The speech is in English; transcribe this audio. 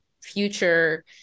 future